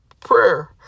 prayer